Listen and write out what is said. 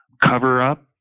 cover-up